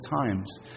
times